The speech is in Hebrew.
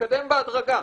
נתקדם בהדרגה.